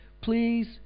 please